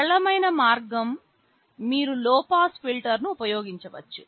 సరళమైన మార్గం మీరు లో పాస్ ఫిల్టర్ను ఉపయోగించవచ్చు